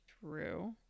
True